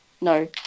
No